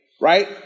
Right